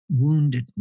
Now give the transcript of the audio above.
woundedness